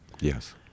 Yes